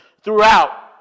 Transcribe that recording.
throughout